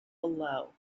below